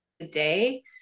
today